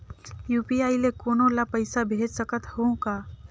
UPI ले कोनो ला पइसा भेज सकत हों का?